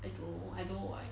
I know I know I